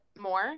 more